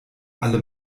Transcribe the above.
alle